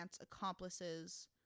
accomplices